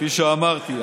כפי שאמרתי.